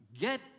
Get